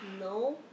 no